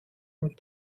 und